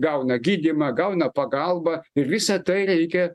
gauna gydymą gauna pagalbą ir visa tai reikia